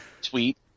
tweet